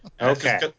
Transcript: Okay